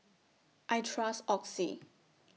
I Trust Oxy